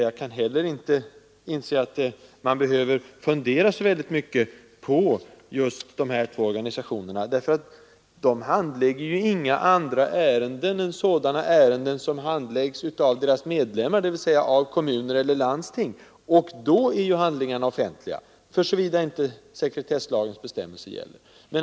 Jag kan inte heller inse att man behöver fundera så särskilt mycket på just dessa två organisationer. De handlägger ju inte några andra ärenden än sådana som handläggs av deras medlemmar, dvs. av kommuner eller landsting, och i det sammanhanget är handlingarna offentliga, såvida inte sekretesslagens bestämmelser gäller.